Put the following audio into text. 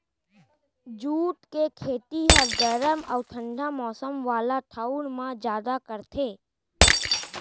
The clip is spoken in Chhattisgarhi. जूट के खेती ह गरम अउ ठंडा मौसम वाला ठऊर म जादा करथे